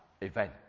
event